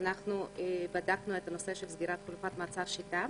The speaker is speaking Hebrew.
אנחנו בדקנו את הנושא של סגירת חלופת מעצר "שיטה".